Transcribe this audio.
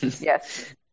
Yes